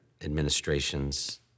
administrations